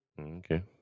Okay